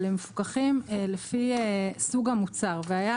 אבל הם מפוקחים לפי סוג המוצר והייתה